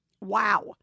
Wow